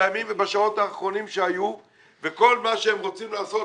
בימים ובשעות שהיו וכל מה שהם רוצים לעשות,